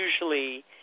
usually